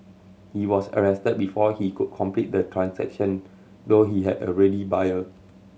he was arrested before he could complete the transaction though he had a ready buyer